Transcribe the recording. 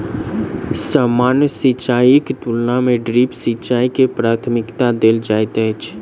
सामान्य सिंचाईक तुलना मे ड्रिप सिंचाई के प्राथमिकता देल जाइत अछि